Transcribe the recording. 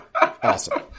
awesome